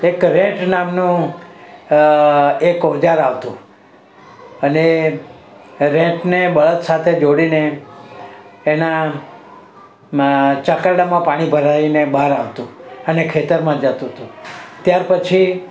એક રૅટ નામનું એક એક ઓજાર આવતું અને રૅટને બળદ સાથે જોડીને એનામાં ચકરડામાં પાણી ભરાઈને બહાર આવતું અને ખેતરમાં જતું તું ત્યાર પછી